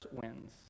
wins